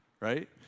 right